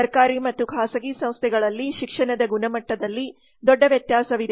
ಸರ್ಕಾರಿ ಮತ್ತು ಖಾಸಗಿ ಸಂಸ್ಥೆಗಳಲ್ಲಿ ಶಿಕ್ಷಣದ ಗುಣಮಟ್ಟದಲ್ಲಿ ದೊಡ್ಡ ವ್ಯತ್ಯಾಸವಿದೆ